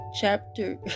chapter